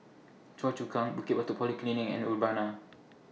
Choa Chu Kang Bukit Batok Polyclinic and Urbana